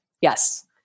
Yes